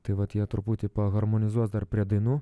tai vat jie truputį paharmonizuos dar prie dainų